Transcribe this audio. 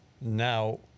Now